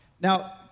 Now